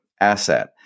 asset